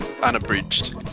Unabridged